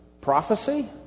prophecy